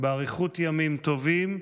באריכות ימים טובים,